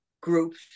groups